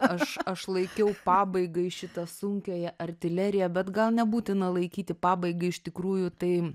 aš aš laikiau pabaigai šitą sunkiąją artileriją bet gal nebūtina laikyti pabaiga iš tikrųjų tai